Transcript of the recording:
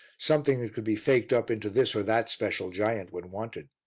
something that could be faked up into this or that special giant when wanted.